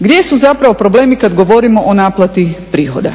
Gdje su zapravo problemi kad govorimo o naplati prihoda?